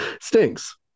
stinks